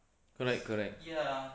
correct correct